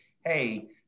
hey